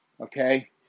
okay